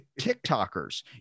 tiktokers